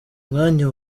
mwanya